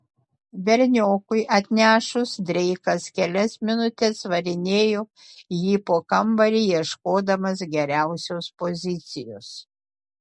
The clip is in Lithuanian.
berniokui atnešus dreikas kelias minutes varinėjo jį po kambarį ieškodamas geriausios pozicijos